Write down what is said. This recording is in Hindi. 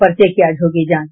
पर्चे की आज होगी जांच